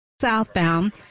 Southbound